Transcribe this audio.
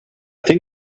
think